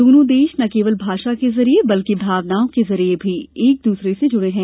दोनों देश न केवल भाषा के जरिए बल्कि भावनाओं के जरिए भी एक दूसरे से जुड़े हैं